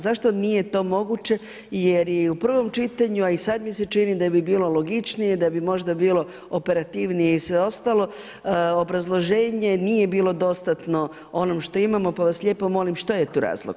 Zašto nije to moguće i jer i u prvom čitanju a i sada mi se čini da bi bilo logičnije, da bi možda bilo operativnije i sve ostalo, obrazloženje nije bilo dostatno onom što imamo pa vas lijepo molim što je tu razlog?